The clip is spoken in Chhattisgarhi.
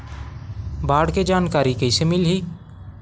बाढ़ के जानकारी कइसे मिलही?